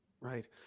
Right